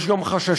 יש גם חששות,